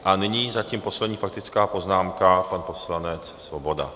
A nyní zatím poslední faktická poznámka, pan poslanec Svoboda.